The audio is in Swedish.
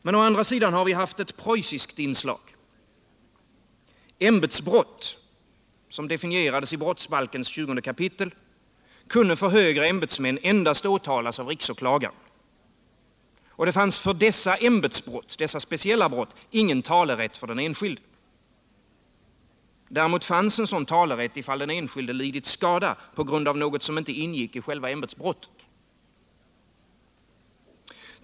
Men å andra sidan har vi haft ett preussiskt inslag. Ämbetsbrott — som definierades i brottsbalkens 20 kap. — kunde för högre ämbetsmän åtalas endast av riksåklagaren. Och det fanns för dessa ämbetsbrott, dessa speciella brott, ingen talerätt för den enskilde. Däremot fanns sådan talerätt, ifall den enskilde lidit skada på grund av något som inte ingick i själva ämbetsbrottet.